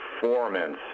performance